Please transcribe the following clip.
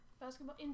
Basketball